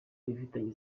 ifitanye